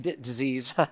disease